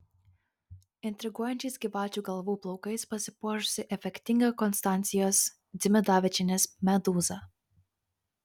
intriguojančiais gyvačių galvų plaukais pasipuošusi efektinga konstancijos dzimidavičienės medūza